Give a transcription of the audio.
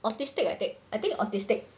autistic attack I think autistic